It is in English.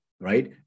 right